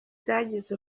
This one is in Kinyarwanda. zagize